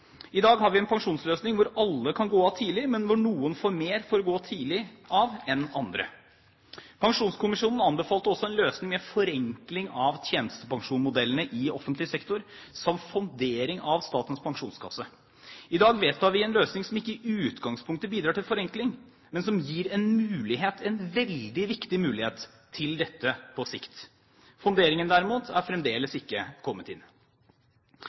I dag har vi en pensjonsløsning hvor alle kan gå av tidlig, men hvor noen får mer for å gå tidlig av enn andre. Pensjonskommisjonen anbefalte også en løsning med forenkling av tjenestepensjonsmodellene i offentlig sektor, samt fondering av Statens Pensjonskasse. I dag vedtar vi en løsning som ikke i utgangspunktet bidrar til forenkling, men som gir en mulighet – en veldig viktig mulighet – til dette på sikt. Fonderingen derimot er fremdeles ikke kommet inn.